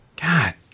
God